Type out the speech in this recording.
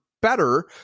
Better